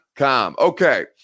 Okay